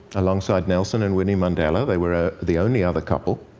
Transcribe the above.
alongside nelson and winnie mandela. they were ah the only other couple.